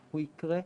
הוא יקרה,